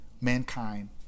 mankind